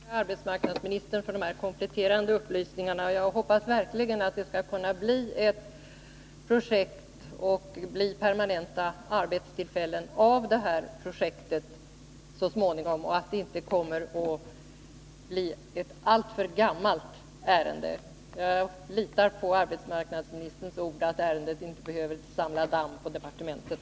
Herr talman! Jag vill tacka arbetsmarknadsministern för dessa kompletterande upplysningar. Jag hoppas verkligen att det skall kunna bli ett varaktigt projekt och permanenta arbetstillfällen av det så småningom och att det inte kommer att bli ett alltför gammalt ärende. Jag litar på arbetsmarknadsministerns ord att ärendet inte behöver ”samla damm” på departementet.